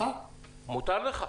- מותר לך.